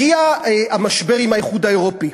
הגיע המשבר עם האיחוד האירופי.